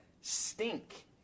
stink